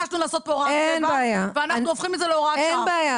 נתבקשנו לעשות פה הוראת קבע ואנחנו הופכים את זה להוראת קבע,